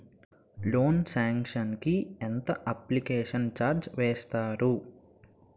Loan sanction కి ఎంత application charge వేస్తారు?